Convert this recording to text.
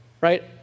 right